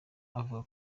avuga